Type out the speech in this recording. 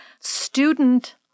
student